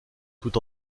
tout